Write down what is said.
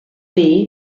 the